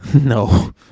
No